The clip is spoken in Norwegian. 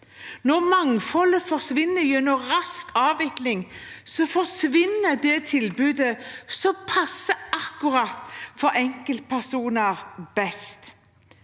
Når mangfoldet forsvinner gjennom rask avvikling, forsvinner det tilbudet som passer best for enkeltpersoner.